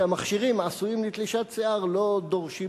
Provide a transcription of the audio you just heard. שהמכשירים העשויים לתלישת שיער לא דורשים